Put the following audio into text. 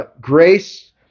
grace